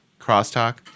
crosstalk